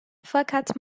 fakat